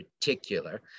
particular